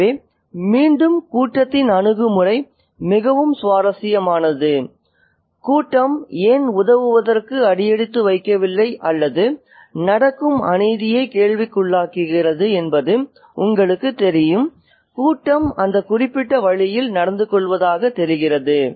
எனவே மீண்டும் கூட்டத்தின் அணுகுமுறை மிகவும் சுவாரஸ்யமானது கூட்டம் ஏன் உதவுவதற்கு அடியெடுத்து வைக்கவில்லை அல்லது நடக்கும் அநீதியைக் கேள்விக்குள்ளாக்குகிறது என்பது உங்களுக்குத் தெரியும் கூட்டம் அந்த குறிப்பிட்ட வழியில் நடந்துகொள்வதைக் குறிக்கிறது